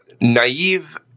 naive